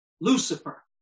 Lucifer